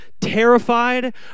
terrified